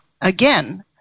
again